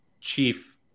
chief